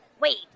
Wait